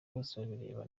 bosebabireba